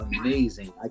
amazing